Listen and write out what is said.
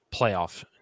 playoff